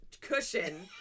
cushion